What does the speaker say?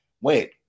Wait